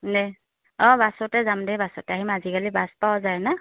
দে অঁ বাছতে যাম দেই বাছতে আহিম আজিকালি বাছ পাৱা যায় না